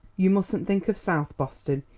you mustn't think of south boston,